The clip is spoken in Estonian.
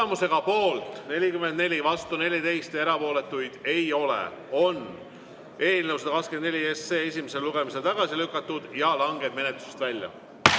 Tulemusega poolt 44, vastu 14, erapooletuid ei ole, on eelnõu 124 esimesel lugemisel tagasi lükatud ja langeb menetlusest välja.